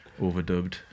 Overdubbed